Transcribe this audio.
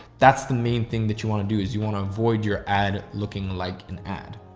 that's the main thing that you want to do is you want to avoid your ad looking like an ad.